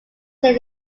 then